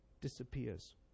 disappears